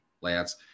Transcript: Lance